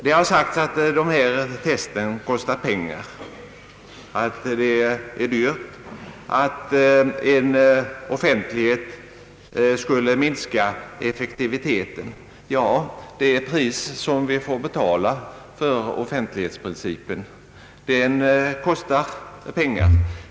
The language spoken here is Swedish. Det har sagts att psykologiska test kostar pengar och är dyra samt att offentlighet skulle minska effektiviteten. Ja, det är ett pris som vi får betala för att upprätthålla offentlighetsprincipen — den kostar pengar.